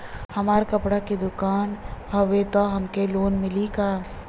हमार कपड़ा क दुकान हउवे त हमके लोन मिली का?